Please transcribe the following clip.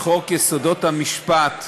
בחוק יסודות המשפט,